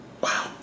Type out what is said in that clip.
Wow